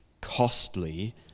costly